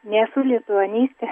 nesu lituanistė